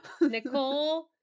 nicole